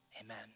Amen